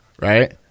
right